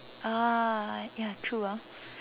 oh ya true ah